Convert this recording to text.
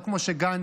לא כמו שגנץ,